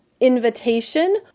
invitation